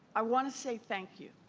i want to say thank you